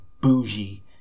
bougie